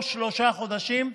או שתהיה שלושה חודשים,